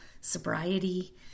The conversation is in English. sobriety